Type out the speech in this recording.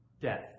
death